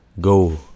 go